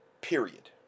period